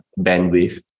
bandwidth